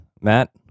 Matt